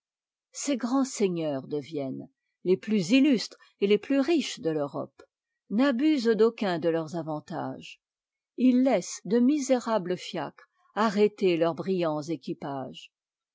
ces grands seigneurs de vienne les plus illustres et les plus riches de l'europe n'abusent d'aucun de leurs avantages ils laissent de misérables fiacres arrêter leurs brillants équipages